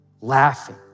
laughing